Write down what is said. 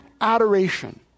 adoration